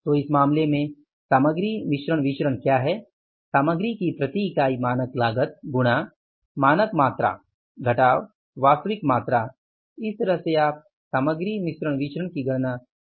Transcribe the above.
तो इस मामले में सामग्री मिश्रण विचरण क्या है सामग्री की प्रति इकाई मानक लागत गुणा मानक मात्रा घटाव वास्तविक मात्रा इस तरह से आप सामग्री मिश्रण विचरण की गणना कर सकते हैं